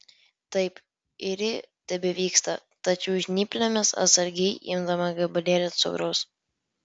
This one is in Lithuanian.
taip ir ji tebevyksta tariau žnyplėmis atsargiai imdama gabalėlį cukraus